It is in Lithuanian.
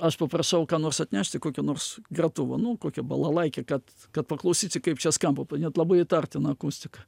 aš paprašau ką nors atnešti kokį nors gratuvą nu kokią balalaikią kad kad paklausyti kaip čia skamba net labai įtartina akustika